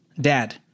dad